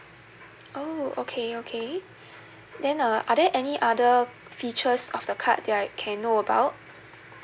oh okay okay then uh are there any other features of the card that I can know about